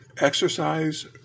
exercise